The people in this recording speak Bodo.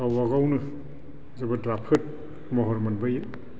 गावबागावनो जोबोद राफोद महर मोनबोयो